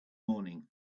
morning